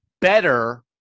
better